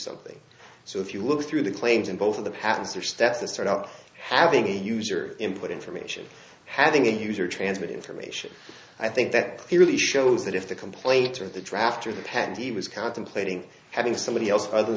something so if you look through the claims in both of the patterns or steps that start up having a user input information having a user transmit information i think that clearly shows that if the complaint or the draft or the patty was contemplating having somebody else other